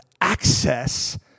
access